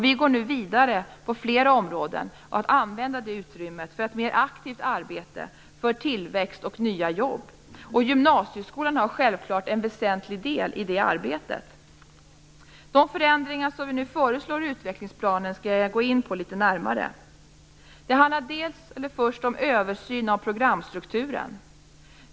Vi går nu vidare på flera områden och kommer att använda det utrymmet för ett mer aktivt arbete, för tillväxt och nya jobb. Gymnasieskolan har självfallet en väsentlig del i det arbetet. De förändringar som vi nu föreslår i utvecklingsplanen skall jag gå litet närmare in på. Det handlar först om översyn av programstrukturen.